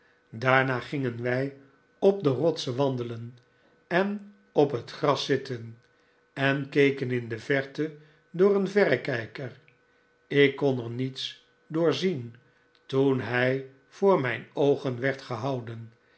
daarna gingen wij op de rotsen waudelen en op het gras zitten en keken in de verte door een verrekijker ik kon er niets door zien toen hij voor mijn oogen werd gehouden